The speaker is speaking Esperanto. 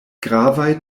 gravaj